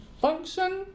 function